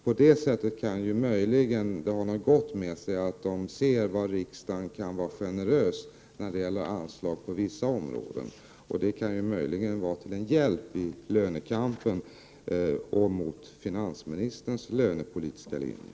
På det sättet kan det möjligen ha något gott med sig, när de ser att riksdagen kan vara generös när det gäller anslag på vissa områden. Det kan vara en hjälp i lönekampen och mot finansministerns lönepolitiska linje.